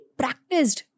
practiced